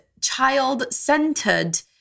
child-centered